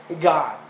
God